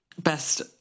best